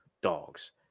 dogs